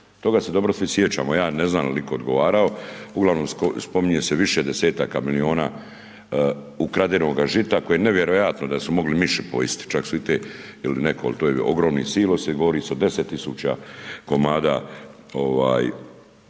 Toga se dobro svi sjećamo, ja ne znam jel' itko odgovarao, uglavnom spominje se više desetaka milijuna ukradenoga žita koje nevjerojatno da su mogli miši pojist, čak su i te, ili netko, al' to je ogromni silosi, govori se o deset tisuća komada, ovaj,